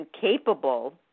capable